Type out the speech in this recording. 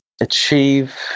achieve